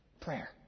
Prayer